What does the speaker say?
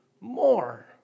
more